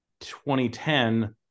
2010